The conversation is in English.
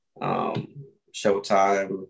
Showtime